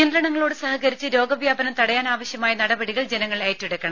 നിയന്ത്രണങ്ങളോട് സഹകരിച്ച് രോഗവ്യാപനം തടയാൻ ആവശ്യമായ നടപടികൾ ജനങ്ങൾ ഏറ്റെടുക്കണം